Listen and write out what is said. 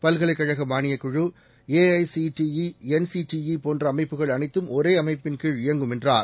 பல்கலைக் கழகமாளியக் குழு ஏஐசிடிாஎன்சிடிாபோன்றஅமைப்புகள் அனைத்தும் ஒரேஅமைப்பின் கீழ இயங்கும் என்றார்